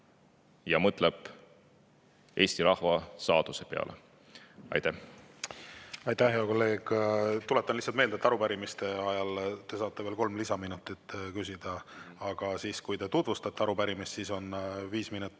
ja mõtleb Eesti rahva saatuse peale. Aitäh! Aitäh, hea kolleeg! Tuletan lihtsalt meelde, et [läbirääkimiste] ajal te saate veel kolm lisaminutit küsida, aga siis, kui te tutvustate arupärimist, on limiteeritud